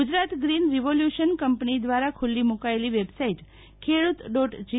Gujarat green revolution company દ્વારા ખૂલ્લી મૂકાયેલી વેબસાઇટ ખેડૂત ડોટ જી